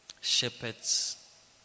Shepherds